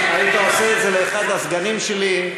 היית עושה את זה לאחד הסגנים שלי,